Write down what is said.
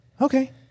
Okay